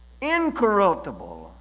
incorruptible